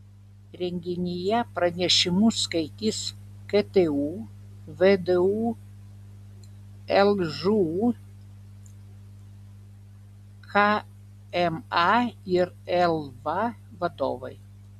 renginyje pranešimus skaitys ktu vdu lžūu kma ir lva vadovai